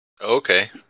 Okay